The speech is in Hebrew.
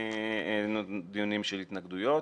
דיונים של התנגדויות,